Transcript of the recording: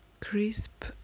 crisp